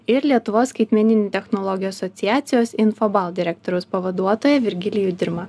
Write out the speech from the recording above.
ir lietuvos skaitmeninių technologijų asociacijos infobalt direktoriaus pavaduotoją virgilijų dirmą